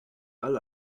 alle